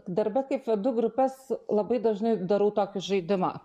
darbe kaip vedu grupes labai dažnai darau tokį žaidimą